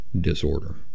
disorder